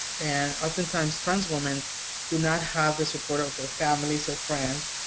and oftentimes trans women do not have the support of their families or friends,